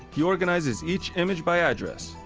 he organizes each image by address.